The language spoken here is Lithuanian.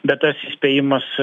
bet tas įspėjimas